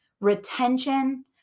retention